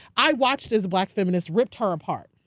i watched as black feminists ripped her apart.